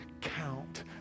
count